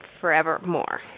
forevermore